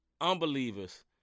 unbelievers